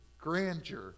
grandeur